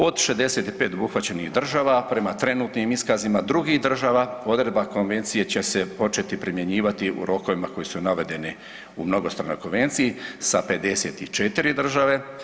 Od 65 obuhvaćenih država prema trenutnim iskazima drugih država odredba konvencije će se početi primjenjivati u rokovima koji su navedeni u mnogostranoj konvenciji sa 54 države.